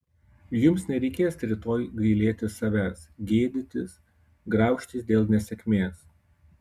jums nereikės rytoj gailėtis savęs gėdytis graužtis dėl nesėkmės